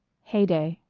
heyday